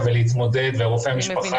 נכון.